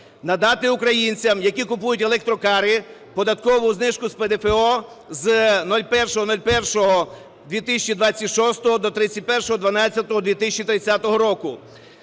Надати українцям, які купують електрокари, податкову знижку з ПДФО з 01.01.2026 до 31.12.2030 року.